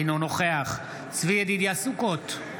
אינו נוכח צבי ידידיה סוכות,